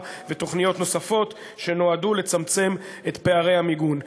ותוכניות נוספות שנועדו לצמצם את פערי המיגון.